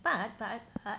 but but but